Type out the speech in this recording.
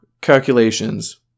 calculations